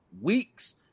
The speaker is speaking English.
weeks